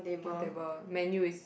one table menu is